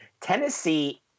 Tennessee